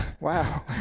Wow